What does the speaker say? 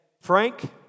Frank